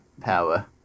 power